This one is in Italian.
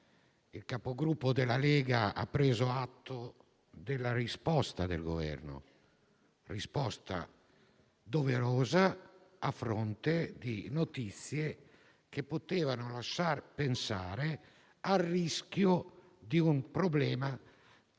il Capogruppo della Lega ha preso atto della risposta del Governo. Risposta doverosa, a fronte di notizie che potevano lasciar pensare al rischio di un problema